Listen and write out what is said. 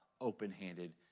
open-handed